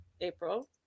April